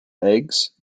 eggs